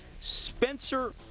Spencer